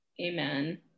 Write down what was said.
amen